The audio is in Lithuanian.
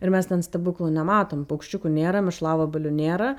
ir mes ten stebuklų nematom paukščiukų nėra mėšlavabalių nėra